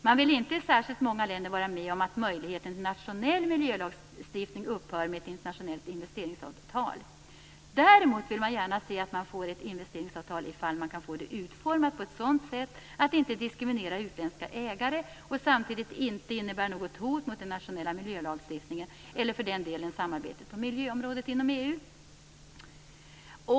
Man vill inte i särskilt många länder vara med om att möjligheten till nationell miljölagstiftning upphör med ett internationellt investeringsavtal. Däremot vill man gärna se att man får ett investeringsavtal ifall man kan få det utformat på ett sådant sätt att det inte diskriminerar utländska ägare och samtidigt inte innebär något hot mot den nationella miljölagstiftningen eller för den delen samarbetet på miljöområdet inom EU.